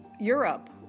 Europe